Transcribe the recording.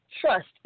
trust